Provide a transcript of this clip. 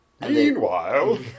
Meanwhile